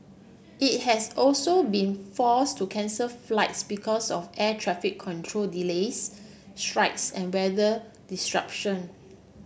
it has also been force to cancel flights because of air traffic control delays strikes and weather disruption